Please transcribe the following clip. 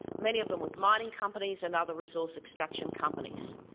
many of them with mining companies and other resource extraction companies.